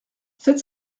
sept